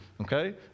Okay